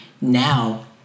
now